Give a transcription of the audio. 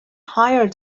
higher